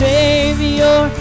Savior